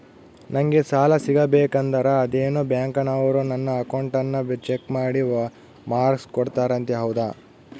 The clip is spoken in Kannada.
ನಂಗೆ ಸಾಲ ಸಿಗಬೇಕಂದರ ಅದೇನೋ ಬ್ಯಾಂಕನವರು ನನ್ನ ಅಕೌಂಟನ್ನ ಚೆಕ್ ಮಾಡಿ ಮಾರ್ಕ್ಸ್ ಕೊಡ್ತಾರಂತೆ ಹೌದಾ?